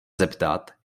zeptat